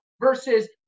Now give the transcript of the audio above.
Versus